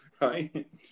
Right